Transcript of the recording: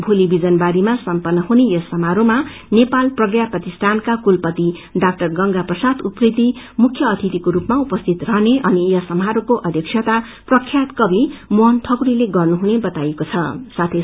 भोली विजनबारीमा समपन्न हुने यस सकमारोहमा नेपाल प्रज्ञा प्रतिषठानका कलपती डाक्टर गंगा प्रसाद उप्रेती मुख्य अतिथिको रूपमा उपस्थित रहने अनि यस समारोहको अध्यक्षता प्रख्यात कवि मोहन ठकुरीले गर्नुहुने संमावना छ